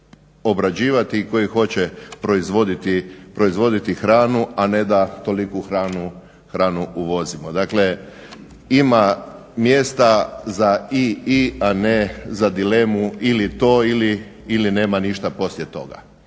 koji ga hoće obrađivati i koji hoće proizvoditi hranu, a ne da toliku hranu uvozimo. Dakle, ima mjesta za i-i, a ne za dilemu ili to ili nema ništa poslije toga.